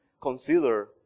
consider